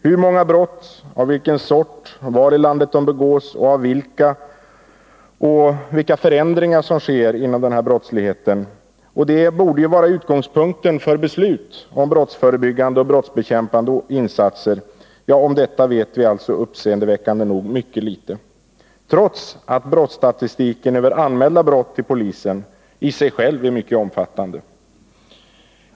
Hur många brotten är, av vilken sort de är, var i landet och av vilka de begås samt vilka förändringar som sker inom denna brottslighet — det som borde vara utgångspunkten för beslut om brottsförebyggande och brottsbekämpande insatser — vet vi uppseendeväckande nog mycket litet om, trots att brottsstatistiken över till polisen anmälda brott i sig s älv är mycket omfattande.